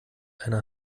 einer